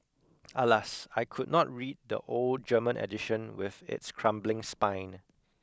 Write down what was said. alas I could not read the old German edition with its crumbling spine